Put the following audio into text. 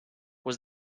was